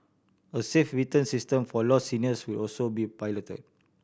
a safe return system for lost seniors will also be piloted